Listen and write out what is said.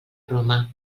roma